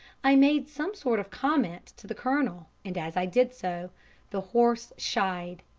i made some sort of comment to the colonel, and as i did so the horse shied.